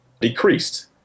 decreased